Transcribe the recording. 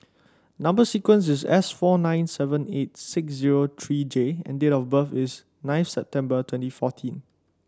number sequence is S four nine seven eight six zero three J and date of birth is nineth September twenty fourteen